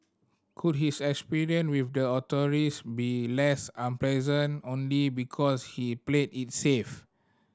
could his experiences with the authorities be less unpleasant only because he played it safe